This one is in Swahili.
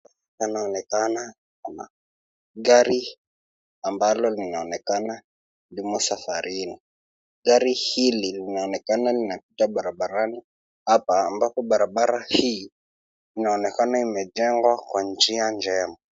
Panaonekana pana gari hii ambalo linaonekana limo safarini. Gari hili linaonekana linapita barabarani hapa ambalo barabara hii inaonekana imejengwa kwa njia njema.